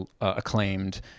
acclaimed